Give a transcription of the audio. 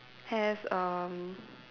has erm